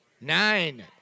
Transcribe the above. nine